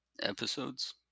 episodes